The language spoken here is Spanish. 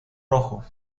rojo